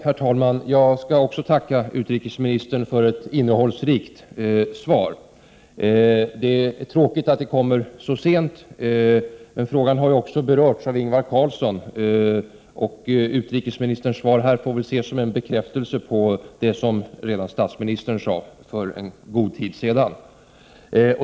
Herr talman! Jag skall också tacka utrikesministern för ett innehållsrikt svar. Det är tråkigt att det kommer så sent, men frågan har ju också berörts av Ingvar Carlsson, och utrikesministerns svar här får väl ses som en bekräftelse på vad statsministern sade redan för en god tid sedan.